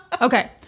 Okay